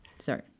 Sorry